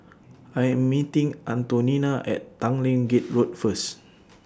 I Am meeting Antonina At Tanglin Gate Road First